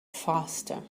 faster